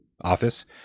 office